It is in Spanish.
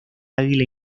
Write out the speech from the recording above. águila